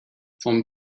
vom